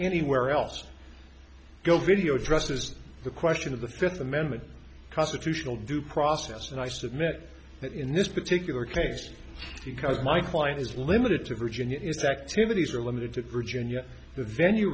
anywhere else bill video addresses the question of the fifth amendment constitutional due process and i submit that in this particular case because my client is limited to virginia his activities are limited to virginia the venue